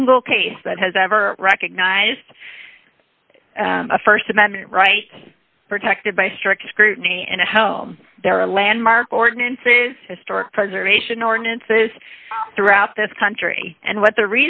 single case that has ever recognized a st amendment rights protected by strict scrutiny and there are a landmark ordinances historic preservation ordinances throughout this country and what the re